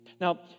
Now